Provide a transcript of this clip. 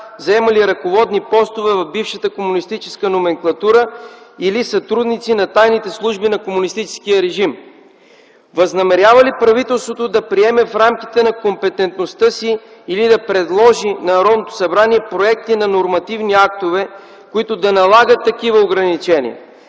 заемали ръководни постове в бившата комунистическа номенклатура, или сътрудници на тайните служби на комунистическия режим? Възнамерява ли правителството да приеме в рамките на компетентността си или да предложи на Народното събрание проекти на нормативни актове, които да налагат такива ограничения?